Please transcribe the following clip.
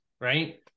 right